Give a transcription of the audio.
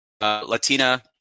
Latina